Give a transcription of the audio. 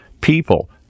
people